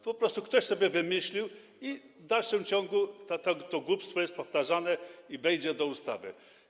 Po prostu ktoś to sobie wymyślił i w dalszym ciągu to głupstwo jest powtarzane i wejdzie do ustawy.